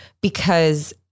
because-